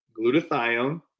glutathione